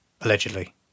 Allegedly